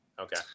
Okay